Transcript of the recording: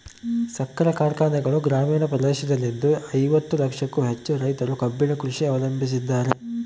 ಸಕ್ಕರೆ ಕಾರ್ಖಾನೆಗಳು ಗ್ರಾಮೀಣ ಪ್ರದೇಶದಲ್ಲಿದ್ದು ಐವತ್ತು ಲಕ್ಷಕ್ಕೂ ಹೆಚ್ಚು ರೈತರು ಕಬ್ಬಿನ ಕೃಷಿ ಅವಲಂಬಿಸಿದ್ದಾರೆ